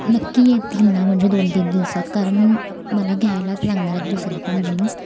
नक्की येतील ना म्हणजे दोन तीन दिवसात कारण मला घ्यायलाच लागणार आहेत दुसऱ्या पण जीन्स